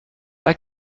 pas